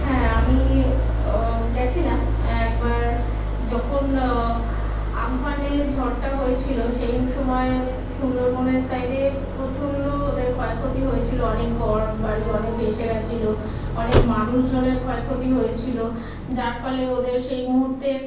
হ্যাঁ আমি গিয়েছিলাম একবার যখন আমফানের ঝড়টা হয়েছিল সেই সময় সুন্দরবনের সাইডে প্রচণ্ড ওদের ক্ষয়ক্ষতি হয়েছিল অনেক ঘর বাড়ি অনেক ভেসে গিয়েছিল অনেক মানুষজনের ক্ষয়ক্ষতি হয়েছিল যার ফলে ওদের সেই মুহূর্তে